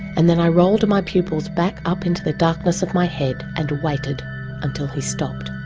and then i rolled my pupils back up into the darkness of my head and waited until he stopped.